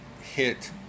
hit